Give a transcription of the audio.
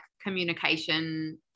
communication